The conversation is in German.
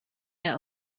der